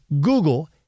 Google